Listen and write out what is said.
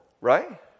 right